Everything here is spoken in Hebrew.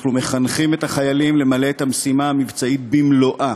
אנחנו מחנכים את החיילים למלא את המשימה המבצעית במלואה,